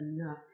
enough